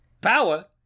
Power